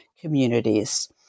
communities